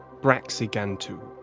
Braxigantu